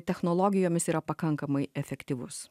technologijomis yra pakankamai efektyvus